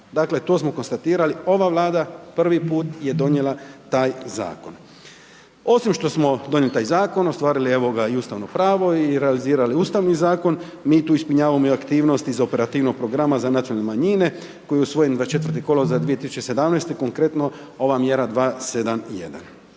Dakle, to smo konstatirali, ova Vlada prvi put je donijela taj zakon. Osim što smo donijeli taj zakon, ostvarili evo ga i ustavno pravo i realizirali ustavni zakon, mi tu ispunjavamo i aktivnosti za operativnog programa za nacionalne manjine koji je usvojen 24. kolovoza 2017., konkretno, ova mjera 271.